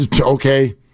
okay